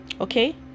okay